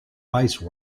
ice